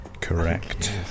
Correct